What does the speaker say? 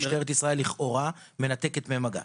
משטרת ישראל לכאורה מנתקת מהם מגע.